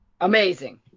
Amazing